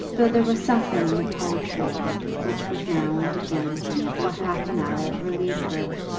though there was something in the poetry of it which would now and again for half an hour relieve her,